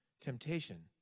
temptation